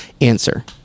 answer